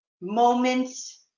moments